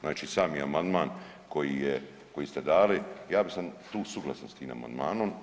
Znači sami amandman koji ste dali ja sam suglasan s tim amandmanom.